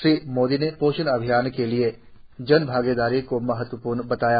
श्री मोदी ने पोषण अभियान के लिए जनभागीदारी को महत्वपूर्ण बताया